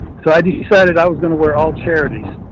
so i decided i was going to wear all charities,